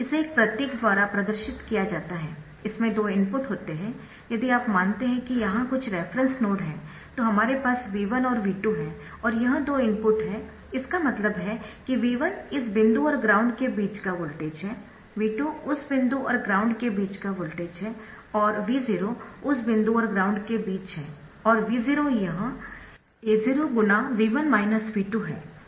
इसे इस प्रतीक द्वारा प्रदर्शित किया जाता है इसमें दो इनपुट होते है यदि आप मानते है कि यहाँ कुछ रेफरेन्स नोड है तो हमारे पास V1 और V2 है यह दो इनपुट है इसका मतलब है कि V1 इस बिंदु और ग्राउंड के बीच का वोल्टेज है V2 उस बिंदु और ग्राउंडके बीच का वोल्टेज है और V0 उस बिंदु और ग्राउंड के बीच है और V0 यह A0 है